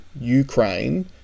Ukraine